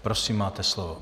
Prosím, máte slovo.